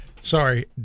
sorry